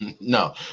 No